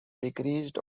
decreased